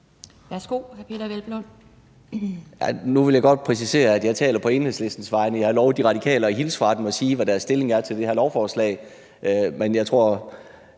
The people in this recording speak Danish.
Kl. 12:48 Peder Hvelplund (EL): Nu vil jeg godt præcisere, at jeg taler på Enhedslistens vegne. Jeg har lovet De Radikale at hilse fra dem og sige, hvad deres stillingtagen er til det her lovforslag, men jeg tror